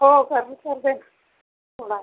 हो